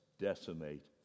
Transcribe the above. decimate